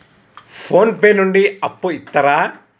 Phone pay నుండి అప్పు ఇత్తరా?